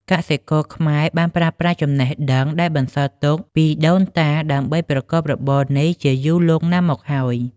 កសិករខ្មែរបានប្រើប្រាស់ចំណេះដឹងដែលបន្សល់ទុកពីដូនតាដើម្បីប្រកបរបរនេះជាយូរលង់ណាស់មកហើយ។